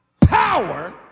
power